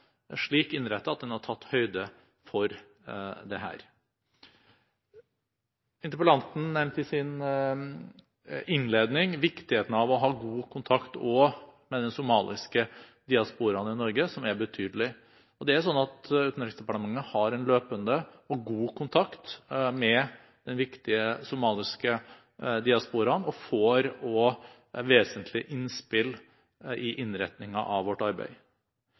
slik innrettet at den har tatt høyde for dette. Interpellanten nevnte i sin innledning viktigheten av å ha god kontakt òg med den somaliske diasporaen i Norge, som er betydelig. Utenriksdepartementet har en løpende og god kontakt med den viktige somaliske diasporaen, og vi får vesentlige innspill til innretningen av vårt arbeid.